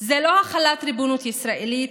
זו לא החלת ריבונות ישראלית,